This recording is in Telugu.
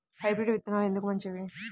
హైబ్రిడ్ విత్తనాలు ఎందుకు మంచివి?